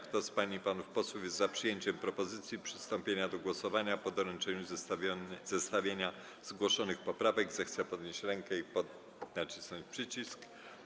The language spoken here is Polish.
Kto z pań i panów posłów jest za przyjęciem propozycji przystąpienia do głosowania po doręczeniu zestawienia zgłoszonych poprawek, zechce podnieść rękę i nacisnąć przycisk.